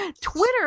Twitter